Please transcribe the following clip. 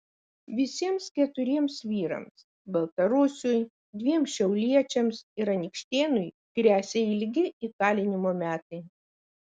visiems keturiems vyrams baltarusiui dviem šiauliečiams ir anykštėnui gresia ilgi įkalinimo metai